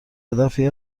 هدفی